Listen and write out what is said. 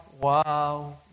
wow